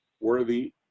worthy